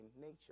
nature